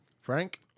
Frank